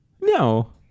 No